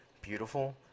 beautiful